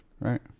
right